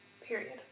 period